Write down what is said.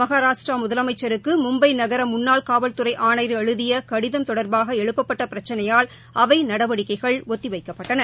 மகாராஷ்டிராமுதலமைச்சருக்குமும்பைநகரமுன்னாள் காவல்துறைஆணையர் எழுதியகடிதம் தொடர்பாகஎழுப்பப்பட்டபிரச்சினையால் அவைநடவடிக்கைகள் ஒத்திவைக்கப்பட்டன